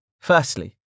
Firstly